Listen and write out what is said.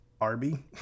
Arby